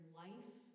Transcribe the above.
life